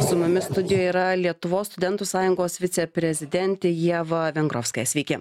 su mumis studijoj yra lietuvos studentų sąjungos viceprezidentė ieva vengrovskaja sveiki